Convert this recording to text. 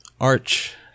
Arch